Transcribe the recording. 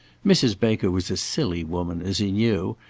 mrs. baker was a silly woman, as he knew,